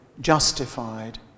justified